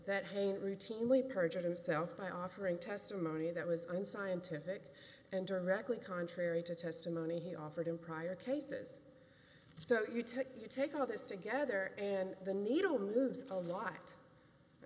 that hate routinely perjured himself by offering testimony that was unscientific and directly contrary to testimony he offered in prior cases so you took your take on all this together and the needle moves a lot i